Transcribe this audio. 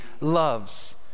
loves